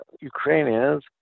Ukrainians